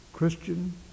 Christian